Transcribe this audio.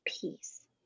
peace